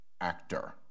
actor